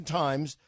times